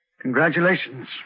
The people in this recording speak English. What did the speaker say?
Congratulations